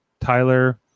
Tyler